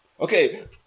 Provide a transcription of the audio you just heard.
Okay